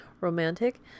romantic